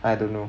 I don't know